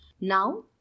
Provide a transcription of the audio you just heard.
now